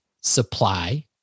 supply